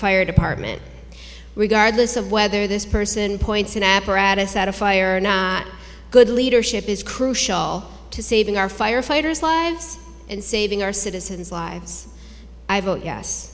fire department regardless of whether this person points an apparatus at a fire or not good leadership is crucial to saving our firefighters lives and saving our citizens lives